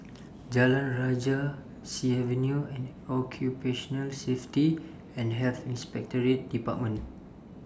Jalan Rajah Sea Avenue and Occupational Safety and Health Inspectorate department